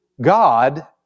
God